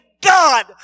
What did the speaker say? God